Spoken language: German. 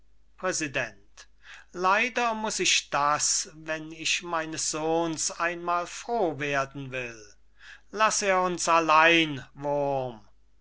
vater präsident leider muß ich das wenn ich meines sohns einmal froh werden will laß er uns allein wurm